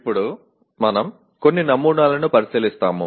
ఇప్పుడు మనం కొన్ని నమూనాలను పరిశీలిస్తాము